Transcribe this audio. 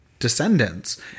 descendants